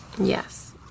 yes